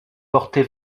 porter